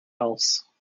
else